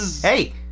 hey